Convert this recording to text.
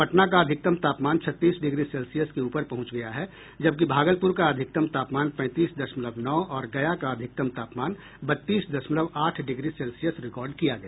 पटना का अधिकतम तापमान छत्तीस डिग्री सेल्सियस के ऊपर पहुंच गया है जबकि भागलपुर का अधिकतम तापमान पैंतीस दशमलव नौ और गया का अधिकतम तापमान बत्तीस दशमलव आठ डिग्री सेल्सियस रिकॉर्ड किया गया